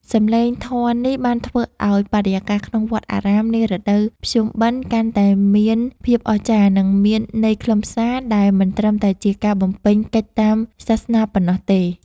សម្លេងធម៌នេះបានធ្វើឱ្យបរិយាកាសក្នុងវត្តអារាមនារដូវភ្ជុំបិណ្ឌ កាន់តែមានភាពអស្ចារ្យ និងមានន័យខ្លឹមសារ ដែលមិនត្រឹមតែជាការបំពេញកិច្ចតាមសាសនាប៉ុណ្ណោះទេ។